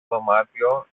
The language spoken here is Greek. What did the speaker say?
δωμάτιο